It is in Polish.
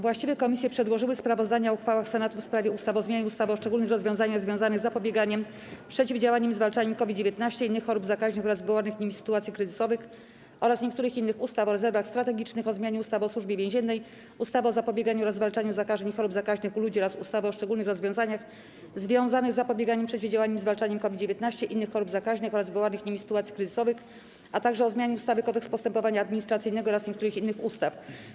Właściwe komisje przedłożyły sprawozdania o uchwałach Senatu w sprawie ustaw: - o zmianie ustawy o szczególnych rozwiązaniach związanych z zapobieganiem, przeciwdziałaniem i zwalczaniem COVID-19, innych chorób zakaźnych oraz wywołanych nimi sytuacji kryzysowych oraz niektórych innych ustaw, - o rezerwach strategicznych, - o zmianie ustawy o Służbie Więziennej, ustawy o zapobieganiu oraz zwalczaniu zakażeń i chorób zakaźnych u ludzi oraz ustawy o szczególnych rozwiązaniach związanych z zapobieganiem, przeciwdziałaniem i zwalczaniem COVID-19, innych chorób zakaźnych oraz wywołanych nimi sytuacji kryzysowych, - o zmianie ustawy - Kodeks postępowania administracyjnego oraz niektórych innych ustaw.